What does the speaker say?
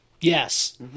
Yes